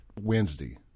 Wednesday